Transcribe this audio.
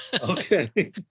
Okay